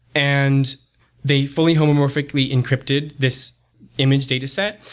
and they fully homomorphically encrypted this image dataset,